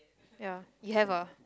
ya you have a